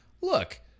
Look